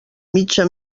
mitja